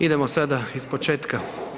Idemo sada iz početka.